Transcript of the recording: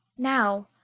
now,